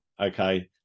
okay